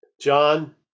John